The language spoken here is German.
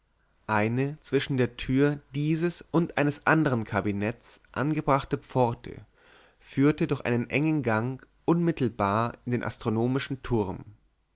eine zwischen der tür dieses und eines andern kabinetts angebrachte pforte führte durch einen engen gang unmittelbar in den astronomischen turm